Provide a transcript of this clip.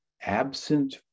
absent